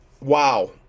wow